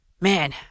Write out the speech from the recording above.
Man